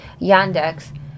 Yandex